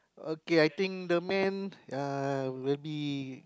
okay I think the man uh will be